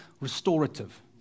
restorative